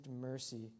mercy